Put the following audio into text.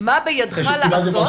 מה בידך לעשות?